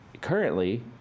currently